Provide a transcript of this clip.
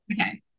Okay